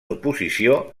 oposició